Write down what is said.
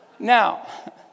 Now